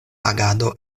agado